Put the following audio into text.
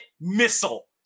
missile